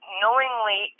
knowingly